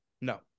No